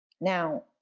Now